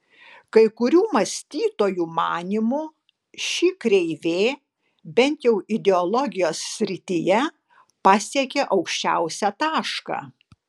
kai kurių mąstytojų manymu ši kreivė bent jau ideologijos srityje pasiekė aukščiausią tašką